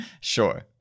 Sure